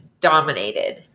dominated